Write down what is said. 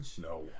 no